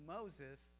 Moses